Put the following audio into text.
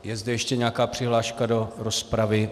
Je zde ještě nějaká přihláška do rozpravy?